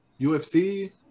UFC